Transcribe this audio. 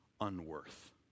unworth